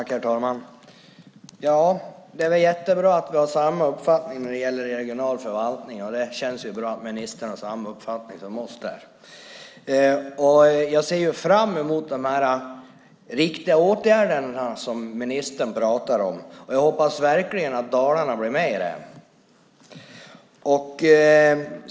Herr talman! Det är väl bra att vi har samma uppfattning när det gäller regional förvaltning. Det känns bra att ministern har samma uppfattning som vi. Jag ser fram emot de riktiga åtgärderna som ministern pratar om, och jag hoppas verkligen att Dalarna kommer med.